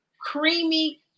creamy